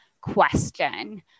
question